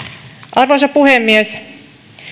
arvoisa puhemies